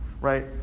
right